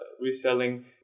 reselling